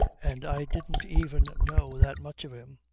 and i didn't even know that much of him.